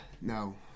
no